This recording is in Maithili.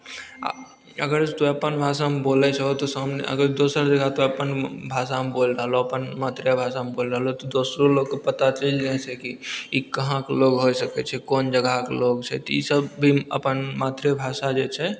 आ अगर तोइ अपन भाषामे बोलैत छहो तऽ सामने अगर दोसर जगह अपन भाषा मऽ बोइल रहलो अपन मातृभाषामे बोलि रहलो तऽ दोसरो लोकके पता चलि जाइत छै कि ई कहाँ कऽ लोग होए सकैत छै कोन जगह कऽ लोग छै तऽ ई सब भी अपन मातृभाषा जे छै